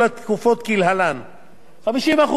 50% מההפרשים ישולמו במשך חמש שנים,